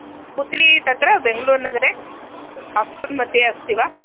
पुत्री तत्र बेङ्ग्लूर्नगरे हास्टेल् मध्ये अस्ति वा